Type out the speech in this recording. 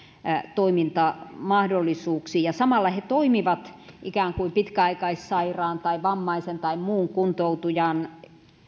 toimintamahdollisuuksiin samalla he toimivat ikään kuin pitkäaikaissairaan tai vammaisen tai muun kuntoutujan